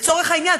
לצורך העניין,